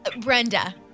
Brenda